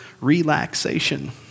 relaxation